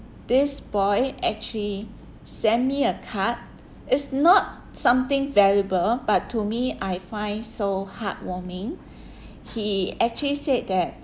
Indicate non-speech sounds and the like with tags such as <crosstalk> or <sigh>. this boy actually send me a card it's not something valuable but to me I find so heartwarming <breath> he actually said that